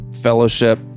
Fellowship